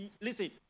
Listen